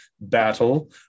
battle